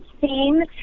scene